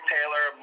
Taylor